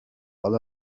على